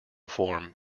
form